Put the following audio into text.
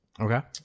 okay